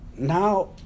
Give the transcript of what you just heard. Now